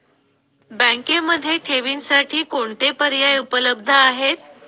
बँकेमध्ये ठेवींसाठी कोणते पर्याय उपलब्ध आहेत?